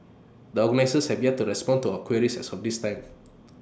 the organisers have yet to respond to our queries as of this time